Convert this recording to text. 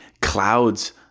clouds